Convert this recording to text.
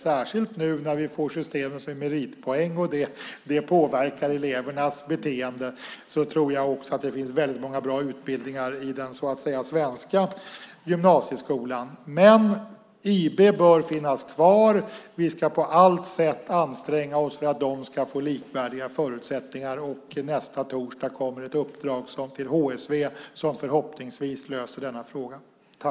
Särskilt när vi får system med meritpoäng som påverkar elevernas beteende tror jag att det finns många bra utbildningar i den så att säga svenska gymnasieskolan. IB bör finnas kvar. Vi ska på allt sätt anstränga oss för att de ska få likvärdiga förutsättningar. Nästa torsdag kommer ett uppdrag till HSV som förhoppningsvis löser denna fråga.